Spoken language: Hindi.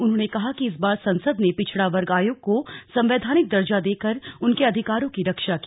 उन्होंने कहा कि इस बार संसद ने पिछड़ा वर्ग आयोग को संवैधानिक दर्जा देकर उनके अधिकारों की रक्षा की